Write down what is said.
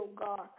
God